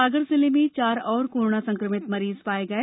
सागर जिले में चार और कोरोना संक्रमित मरीज पाए गये